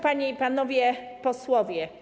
Panie i Panowie Posłowie!